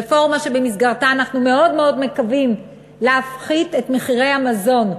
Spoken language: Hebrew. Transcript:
רפורמה שבמסגרתה אנחנו מאוד מאוד מקווים להפחית את מחירי המזון,